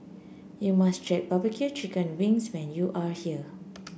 you must try barbecue Chicken Wings when you are here